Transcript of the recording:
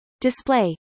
display